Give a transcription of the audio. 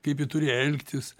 kaip ji turi elgtis